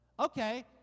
Okay